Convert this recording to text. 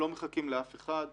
לא מחכים לאף אחד.